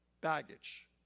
baggage